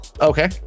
Okay